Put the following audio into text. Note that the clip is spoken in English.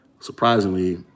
Surprisingly